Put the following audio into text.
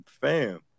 fam